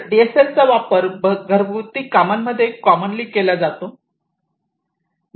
तर एडीएसएलचा वापर घरगुती कामांमध्ये कॉमनली केला जातो